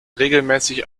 regelmäßig